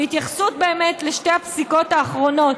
התייחסות לשתי הפסיקות האחרונות,